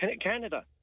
Canada